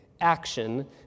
action